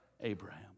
Abraham